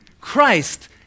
Christ